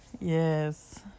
Yes